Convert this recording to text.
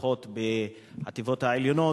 לפחות בחטיבות העליונות,